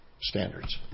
standards